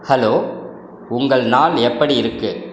hello உங்கள் நாள் எப்படி இருக்கு